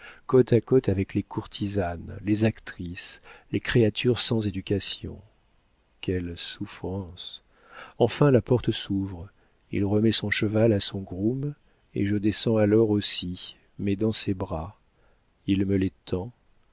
côte à côte avec les courtisanes les actrices les créatures sans éducation quelles souffrances enfin la porte s'ouvre il remet son cheval à son groom et je descends alors aussi mais dans ses bras il me les tend